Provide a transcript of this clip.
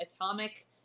Atomic